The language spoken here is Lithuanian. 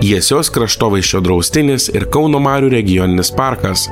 jiesios kraštovaizdžio draustinis ir kauno marių regioninis parkas